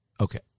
Okay